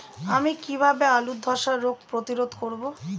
আমি কিভাবে আলুর ধ্বসা রোগ প্রতিরোধ করব?